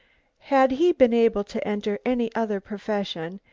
had he been able to enter any other profession,